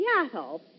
Seattle